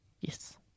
Yes